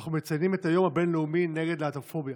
אנחנו מציינים את היום הבין-לאומי נגד להט"בופוביה.